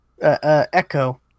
echo